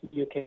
UK